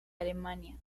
alemania